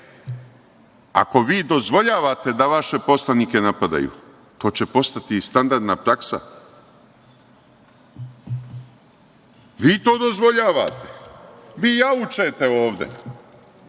ako vi dozvoljavate da vaše poslanike napadaju to će postati standardna praksa. Vi to dozvoljavate, vi jaučete, ovde.